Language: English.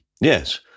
Yes